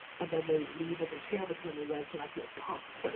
and then they leave with their tail between their legs and i feel pumped.